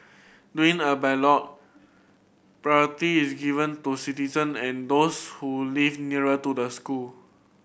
during a ballot priority is given to citizen and those who live nearer to the school